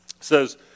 says